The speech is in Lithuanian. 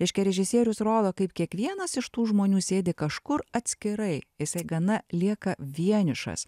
reiškia režisierius rodo kaip kiekvienas iš tų žmonių sėdi kažkur atskirai jisai gana lieka vienišas